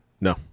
no